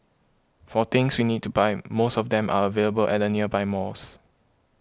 for things we need to buy most of them are available at the nearby malls